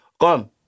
Come